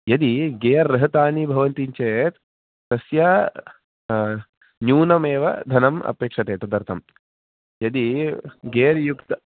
यदि गेर् रहतानि भवन्ति चेत् तस्य न्यूनमेव धनम् अपेक्ष्यते तदर्थं यदि गेर् युक्तं